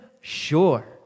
Sure